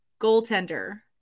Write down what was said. goaltender